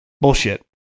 Bullshit